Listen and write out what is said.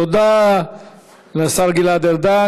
תודה לשר גלעד ארדן.